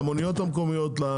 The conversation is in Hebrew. למוניות המקומיות.